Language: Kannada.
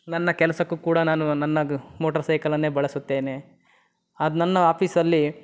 ನನ್ನ ಕೆಲಸಕ್ಕೂ ಕೂಡ ನಾನು ನನ್ನ ಗ ಮೋಟರ್ ಸೈಕಲನ್ನೇ ಬಳಸುತ್ತೇನೆ ಅದ್ ನನ್ನ ಆಫೀಸಲ್ಲಿ